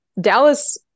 Dallas